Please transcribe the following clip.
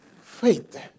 faith